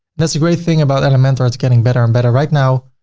that's a great thing about elementor, it's getting better and better right now.